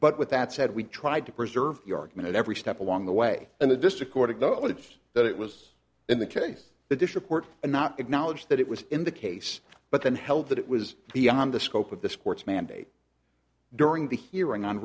but with that said we tried to preserve the argument at every step along the way and the district court acknowledged that it was in the case the district court and not acknowledge that it was in the case but then held that it was beyond the scope of the sport's mandate during the hearing on